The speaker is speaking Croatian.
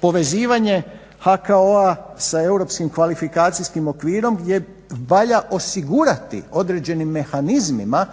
povezivanje HKO-a sa europskim kvalifikacijskim okvirom gdje valja osigurati određeni mehanizmima,